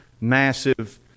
massive